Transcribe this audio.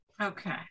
Okay